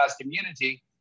community